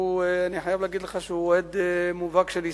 ואני חייב להגיד לך שהוא אוהד מובהק של ישראל.